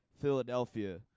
Philadelphia